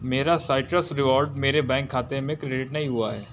मेरा citrus reward मेरे bank खाते में क्रेडिट नहीं हुआ है